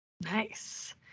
Nice